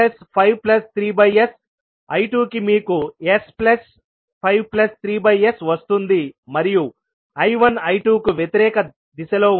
I2కి మీకు s53s వస్తుంది మరియు I1 I2 కు వ్యతిరేక దిశలో ఉంది